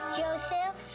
joseph